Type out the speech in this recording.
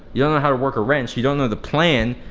you don't know how to work a wrench, you don't know the plan,